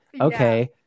okay